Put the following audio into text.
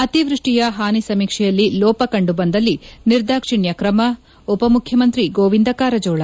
ಅತಿವ್ವಡ್ಸಿಯ ಹಾನಿ ಸಮೀಕ್ಷೆಯಲ್ಲಿ ಲೋಪ ಕಂಡುಬಂದಲ್ಲಿ ನಿರ್ದಾಕ್ಷಿಣ್ಯ ಕ್ರಮ ಉಪ ಮುಖ್ಯಮಂತ್ರಿ ಗೋವಿಂದ ಕಾರಜೋಳ